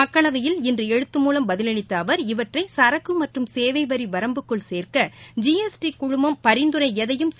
மக்களவையில் இன்றுஎழுத்து மூலம் பதிலளித்தஅவர் இவற்றைசரக்குமற்றும் சேவைவரிவரம்புக்குள் சேர்க்க ஜி எஸ் டி குழுமம் பரிந்துரைஎதையும் செய்யவில்லைஎன்றார்